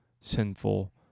sinful